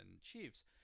chiefs